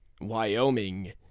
Wyoming